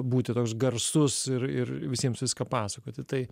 būti toks garsus ir ir visiems viską pasakoti tai